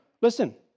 Listen